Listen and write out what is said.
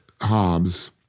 Hobbes